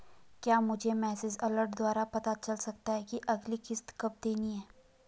क्या मुझे message alert द्वारा पता चल सकता कि अगली किश्त कब देनी है?